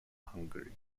hungary